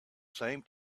same